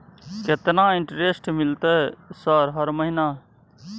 केतना इंटेरेस्ट मिलते सर हर महीना?